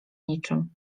niczym